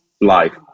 life